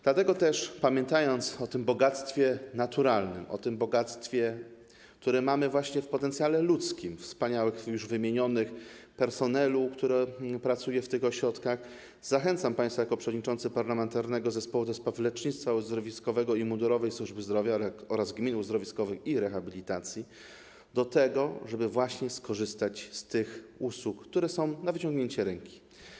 Dlatego też, pamiętając o tym bogactwie naturalnym, o tym bogactwie, które mamy właśnie w potencjale ludzkim, o wspaniałym już wymienionym personelu, który pracuje w tych ośrodkach, zachęcam państwa jako przewodniczący Parlamentarnego Zespołu ds. Lecznictwa Uzdrowiskowego i Mundurowej Służby Zdrowia oraz przedstawiciel gmin uzdrowiskowych i rehabilitacyjnych do tego, żeby skorzystać z tych usług, które są na wyciągnięcie ręki.